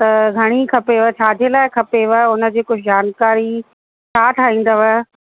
त घणी खपेव छाजे लाइ खपेव हुन जी कुझु जानिकारी छा ठाहींदव